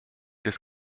des